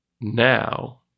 now